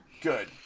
Good